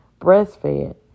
breastfed